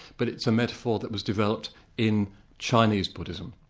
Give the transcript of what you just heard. but it's a metaphor that was developed in chinese buddhism.